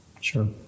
Sure